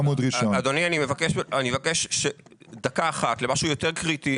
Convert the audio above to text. אדוני, אני מבקש דקה אחת למשהו יותר קריטי.